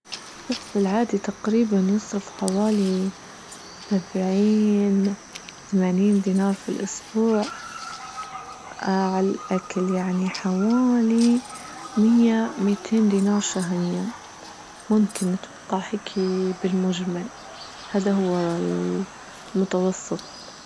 الشخص العادي تقريبا يصرف حوالي سبعين ثمانين دينار في الأسبوع اه عالأكل يعني حوالي مية ميتين دينار شهريا ممكن نتوقعك هيكي بالمجمل هذا هو متوسط.